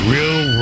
Real